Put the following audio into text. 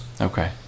Okay